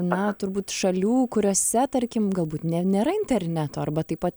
na turbūt šalių kuriose tarkim galbūt ne nėra interneto arba taip pat